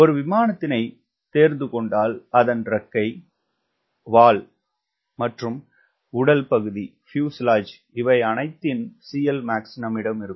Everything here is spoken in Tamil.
ஒரு விமானத்தினைத் தேர்ந்துகொண்டால் அதன் இறக்கை வால் மற்றும் உடல் இவையனைத்தின் CLmax நம்மிடம் இருக்கும்